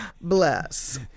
bless